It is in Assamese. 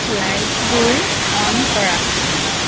লাইটবোৰ অ'ন কৰা